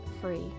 Free